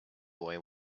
boy